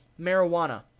marijuana